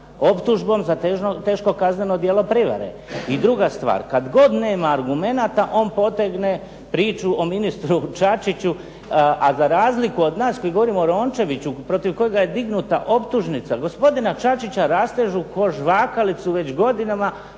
optužbom za teško kazneno djelo prijevare. I druga stvar, kad god nema argumenata on potegne priču o ministru Čačiću, a za razliku od nas koji govorimo o Rončeviću, protiv kojega je dignuta optužnica, gospodina Čačića rastežu kao žvakalicu već godinama